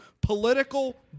political